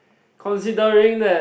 considering that